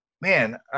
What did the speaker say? man